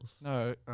No